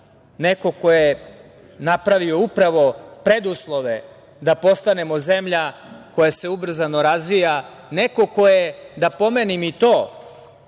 neko ko je napravio upravo preduslove da postanemo zemlja koja se ubrzano razvija, neko ko je, da pomenem i to,